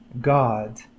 God